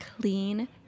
clean